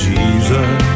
Jesus